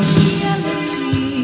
reality